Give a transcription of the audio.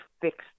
fix